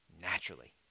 naturally